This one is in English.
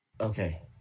Okay